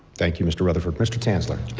thank you, mr. rutherford. mr. stanzler.